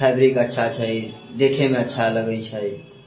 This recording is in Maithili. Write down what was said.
फैब्रिक अच्छा छै देखैमे अच्छा लगै छै